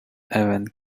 ever